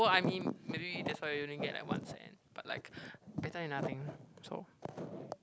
so I'm in that's why you only get like one cent but like better than nothing so